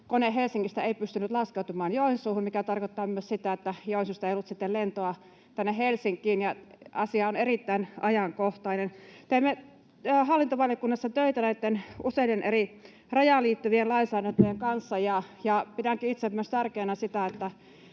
kone Helsingistä ei pystynyt laskeutumaan Joensuuhun, mikä tarkoittaa myös sitä, että Joensuusta ei ollut sitten lentoa tänne Helsinkiin. Asia on erittäin ajankohtainen. Teemme hallintovaliokunnassa töitä näitten useiden eri rajaan liittyvien lainsäädäntöjen kanssa. Pidänkin itse myös tärkeänä sitä,